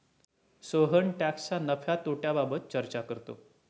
सोहन टॅक्सच्या नफ्या तोट्याबाबत चर्चा करतो